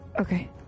Okay